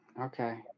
okay